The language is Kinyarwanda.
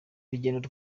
rugendo